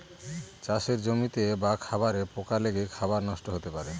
চাষের জমিতে বা খাবারে পোকা লেগে খাবার নষ্ট হতে পারে